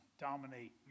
dominate